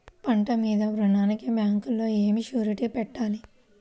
పంట మీద రుణానికి బ్యాంకులో ఏమి షూరిటీ పెట్టాలి?